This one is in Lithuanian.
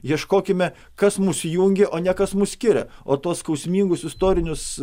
ieškokime kas mus jungia o ne kas mus skiria o tuos skausmingus istorinius